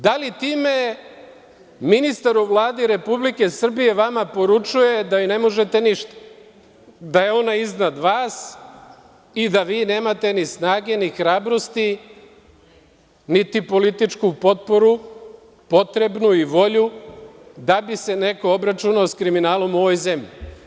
Da li time ministar u Vladi Republike Srbije vama poručuje da joj ne možete ništa, da je ona iznad vas i da vi nemate ni snage, ni hrabrosti, niti političku potporu potrebnu i volju da bi se neko obračunao sa kriminalom u ovoj zemlji?